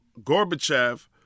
Gorbachev